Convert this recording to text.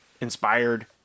inspired